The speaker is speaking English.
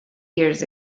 years